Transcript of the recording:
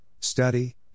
study